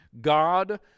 God